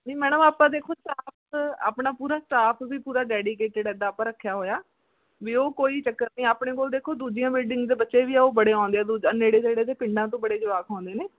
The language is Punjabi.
ਨਹੀਂ ਮੈਡਮ ਆਪਾਂ ਦੇਖੋ ਸਟਾਫ਼ ਆਪਣਾ ਪੂਰਾ ਸਟਾਫ਼ ਵੀ ਪੂਰਾ ਡੇਡੀਕੇਟਿਡ ਇੱਦਾਂ ਆਪਾਂ ਰੱਖਿਆ ਹੋਇਆ ਵੀ ਉਹ ਕੋਈ ਚੱਕਰ ਨਹੀਂ ਆਪਣੇ ਕੋਲ ਦੇਖੋ ਦੂਜੀਆਂ ਬਿਲਡਿੰਗ ਦੇ ਬੱਚੇ ਵੀ ਹੈ ਉਹ ਬੜੇ ਆਉਂਦੇ ਹੈ ਦੂਜਾ ਨੇੜੇ ਨੇੜੇ ਦੇ ਪਿੰਡਾਂ ਤੋਂ ਬੜੇ ਜਵਾਕ ਆਉਂਦੇ ਨੇ